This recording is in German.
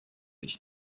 ich